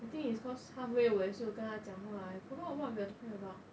I think it's cause halfway 我也是有跟她讲话 I forgot what we're talking about